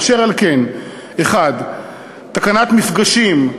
אשר על כן, תקנת מפגשים,